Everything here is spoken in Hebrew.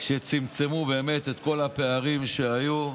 שצמצמו באמת את כל הפערים שהיו,